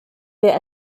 wir